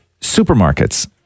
supermarkets